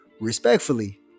Respectfully